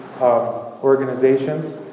organizations